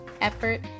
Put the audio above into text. effort